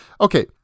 Okay